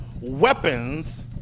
weapons